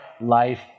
life